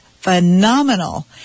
phenomenal